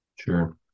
Sure